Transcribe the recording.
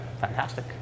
Fantastic